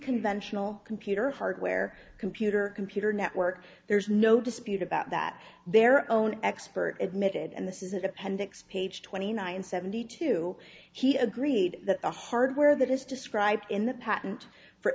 conventional computer hardware computer computer network there's no dispute about that their own expert admitted and this is at appendix page twenty nine seventy two he agreed that the hardware that is described in the patent for